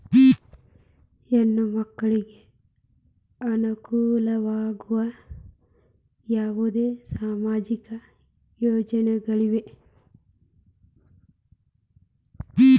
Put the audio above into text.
ಹೆಣ್ಣು ಮಕ್ಕಳಿಗೆ ಅನುಕೂಲವಾಗುವ ಯಾವುದೇ ಸಾಮಾಜಿಕ ಯೋಜನೆಗಳಿವೆಯೇ?